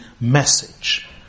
message